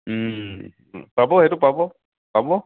পাব সেইটো পাব পাব